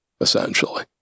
essentially